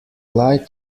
lie